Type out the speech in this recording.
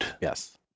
Yes